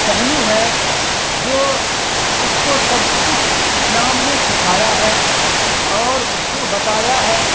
پہلو ہے جو اس کو سب کچھ اسلام نے سکھایا ہے اور اس کو بتایا ہے